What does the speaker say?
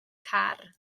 car